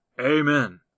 Amen